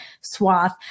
swath